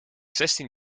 zestien